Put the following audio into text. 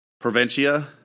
provincia